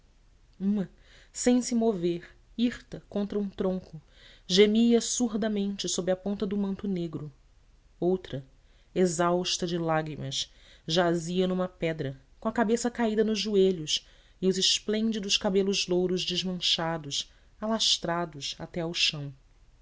uma sem se mover hirta contra um tronco gemia surdamente sob a ponta do manto negro outra exausta de lágrimas jazia numa pedra com a cabeça caída nos joelhos e os esplêndidos cabelos louros desmanchados alastrados até ao chão